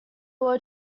were